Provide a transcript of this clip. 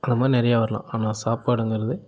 அந்தமாதிரி நிறைய வரலாம் ஆனால் சாப்பாடுங்கறது